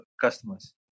customers